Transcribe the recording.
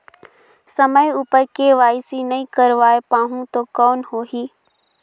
समय उपर के.वाई.सी नइ करवाय पाहुं तो कौन होही?